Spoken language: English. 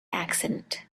accident